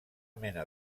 mena